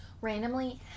randomly